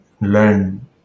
learn